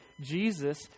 Jesus